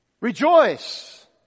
rejoice